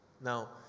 Now